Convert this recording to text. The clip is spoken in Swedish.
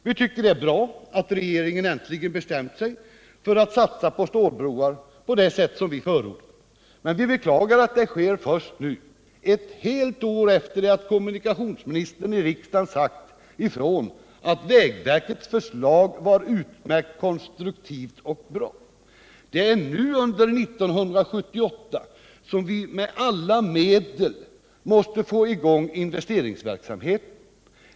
Vi tycker det är bra att regeringen äntligen bestämt sig för att satsa på stålbroar på det sätt vi föreslog. Men vi beklagar att det skett först nu, ett helt år efter att kommunikationsministern i riksdagen sagt att vägverkets förslag var utmärkt, konstruktivt och bra. Det är nu under 1978 som vi med alla medel måste få i gång investeringsverksamheten.